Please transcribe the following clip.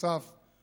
ונוסף לכך,